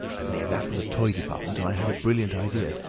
and near that was a toy department, and i had a brilliant idea.